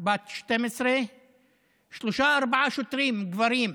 בת 12 שלושה-ארבעה גברים,